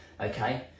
okay